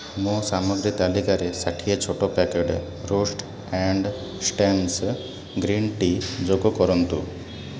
ମୋ ସାମଗ୍ରୀ ତାଲିକାରେ ଷାଠିଏ ଛୋଟ packet roots and stems green tea ଯୋଗ କରନ୍ତୁ